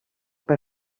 per